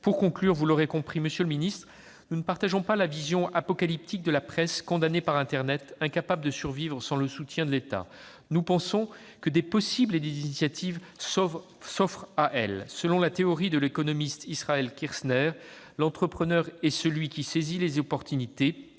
numérique. Vous l'aurez compris, monsieur le ministre, nous ne partageons pas la vision apocalyptique d'une presse condamnée par internet, incapable de survivre sans le soutien de l'État. Nous pensons que des possibles s'offrent à elle, que des initiatives peuvent être prises. Selon la théorie de l'économiste Israël Kirzner, l'entrepreneur est celui qui saisit les opportunités